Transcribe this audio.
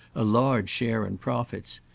a large share in profits,